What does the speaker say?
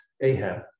Ahab